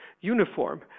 uniform